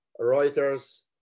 Reuters